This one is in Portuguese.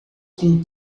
com